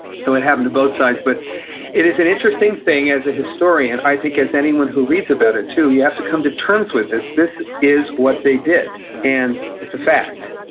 so it happened to both sides but it is an interesting thing, as a historian, i think, as anyone who reads about it, too, you have to come to terms with this. this is what they did. and it's a fact.